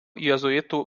jėzuitų